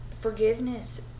forgiveness